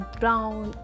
brown